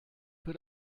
für